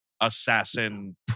assassin